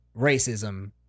racism